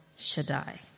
Shaddai